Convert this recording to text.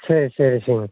சரி சரி சரி